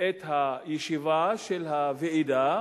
את הישיבה של הוועידה.